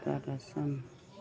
তাৰপাছত